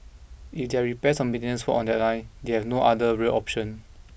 if there repairs or maintenance work on that line they have no other rail option